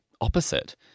opposite